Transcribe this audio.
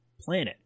planet